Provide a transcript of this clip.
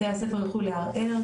בתי-הספר יוכלו לערער.